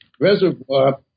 reservoir